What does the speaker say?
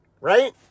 right